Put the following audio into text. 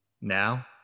Now